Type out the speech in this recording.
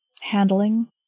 handling